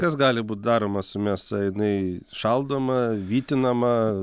kas gali būt daroma su mėsa jinai šaldoma vytinama